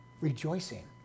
rejoicing